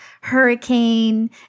hurricane